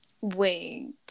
Wait